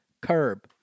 Curb